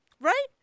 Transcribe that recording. right